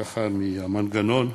ככה, מהמנגנון.